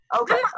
okay